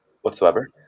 whatsoever